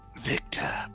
Victor